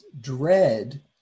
dread